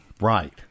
Right